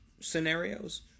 scenarios